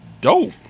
dope